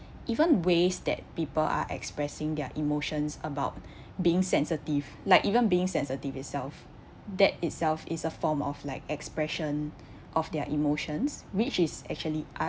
even ways that people are expressing their emotions about being sensitive like even being sensitive itself that itself is a form of like expression of their emotions which is actually art